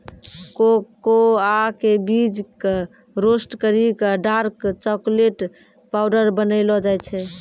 cocoa के बीज कॅ रोस्ट करी क डार्क चाकलेट पाउडर बनैलो जाय छै